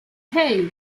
hey